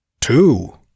Two